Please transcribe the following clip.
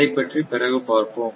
அதைப்பற்றி பிறகு பார்ப்போம்